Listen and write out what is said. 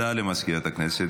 להודעה מסגנית מזכיר הכנסת.